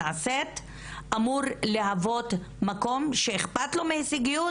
אמור להיות מקום שאכפת לו מהישגיות